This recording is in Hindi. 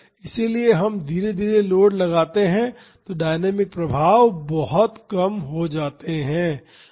इसलिए यदि हम धीरे धीरे लोड लगाते हैं तो डायनामिक प्रभाव बहुत कम होंगे